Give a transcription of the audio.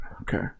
okay